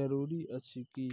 जरूरी अछि की?